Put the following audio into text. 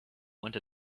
want